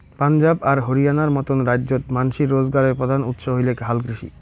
পাঞ্জাব আর হরিয়ানার মতন রাইজ্যত মানষির রোজগারের প্রধান উৎস হইলেক হালকৃষি